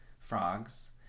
frogs